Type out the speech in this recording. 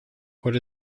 what